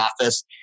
office